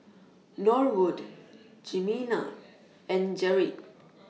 Norwood Jimena and Jerri